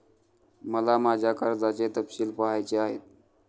मला माझ्या कर्जाचे तपशील पहायचे आहेत